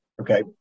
Okay